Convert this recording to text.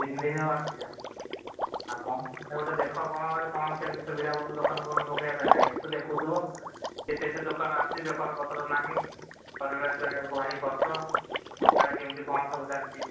ତିନି ଦିନ ହେବ ଆସିଛ ଆଉ କମ୍ପାନୀ ଗୋଟେ ଦେଖ କ'ଣ ଗୋଟେ କ'ଣ କେମିତି ସୁବିଧା ହେବ ଦୋକାନ ଫେକାନ ପକେଇବା ପାଇଁ ତ ଦେଖୁଥିବ ଏତେ ଏତେ ଦୋକାନ ଆସିଛି ବେପାର ପତ୍ର ନାହିଁ ପରିବାର ଚଳେଇବାକୁ ଭାରି କଷ୍ଟ ସିଆଡ଼େ କେମିତି କ'ଣ ସବୁ ଚାଲିଛି